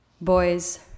Boys